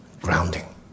grounding